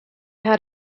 had